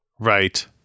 Right